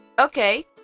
Okay